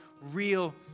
real